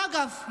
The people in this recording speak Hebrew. אגב,